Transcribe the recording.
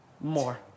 more